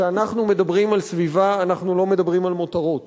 כשאנחנו מדברים על סביבה אנחנו לא מדברים על מותרות.